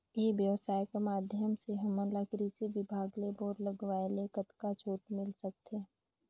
ई व्यवसाय कर माध्यम से हमन ला कृषि विभाग ले बोर लगवाए ले कतका छूट मिल सकत हे?